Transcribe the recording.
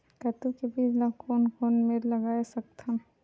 कददू के बीज ला कोन कोन मेर लगय सकथन?